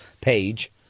page